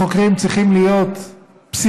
החוקרים צריכים להיות פסיכולוגים,